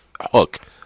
hook